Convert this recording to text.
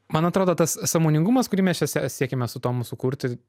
man atrodo tas sąmoningumas kurį mes čia se siekiame su tomu sukurti